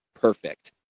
perfect